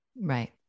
Right